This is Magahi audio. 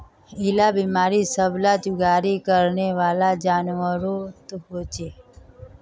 इरा बिमारी सब ला जुगाली करनेवाला जान्वारोत होचे